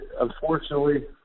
unfortunately